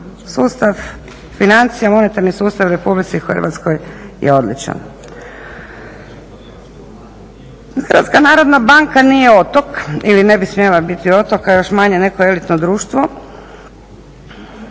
sustav financija, monetarni sustav u Republici Hrvatskoj je odličan. HNB nije otok ili ne bi smjela biti otok, a još manje neko elitno društvo